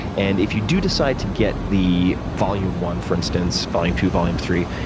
and, if you do decide to get the volume one, for instance, volume two, volume three,